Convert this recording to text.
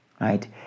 right